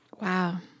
Wow